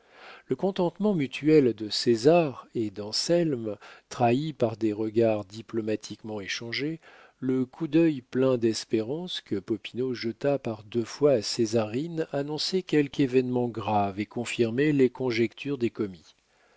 le contentement mutuel de césar et d'anselme trahi par des regards diplomatiquement échangés le coup d'œil plein d'espérance que popinot jeta par deux fois à césarine annonçaient quelque événement grave et confirmaient les conjectures des commis